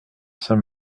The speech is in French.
saint